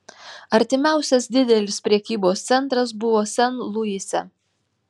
artimiausias didelis prekybos centras buvo sen luise